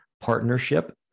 partnership